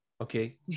okay